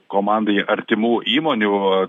komandai artimų įmonių